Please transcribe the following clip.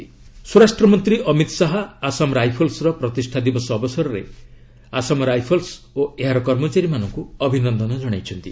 HM Assam Rifles ସ୍ୱରାଷ୍ଟ୍ରମନ୍ତ୍ରୀ ଅମିତ ଶାହା ଆସାମ ରାଇଫଲ୍ସର ପ୍ରତିଷ୍ଠା ଦିବସ ଅବସରରେ ଆସାମ ରାଇଫଲ୍ସ ଓ ଏହାର କର୍ମଚାରୀମାନଙ୍କୁ ଅଭିନନ୍ଦନ ଜଣାଇଛନ୍ତି